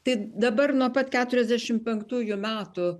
tai dabar nuo pat keturiasdešim penktųjų metų